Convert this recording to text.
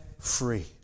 free